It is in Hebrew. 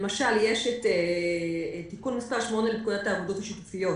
למשל, יש תיקון מס' 8 לפקודת הוועדות השיתופיות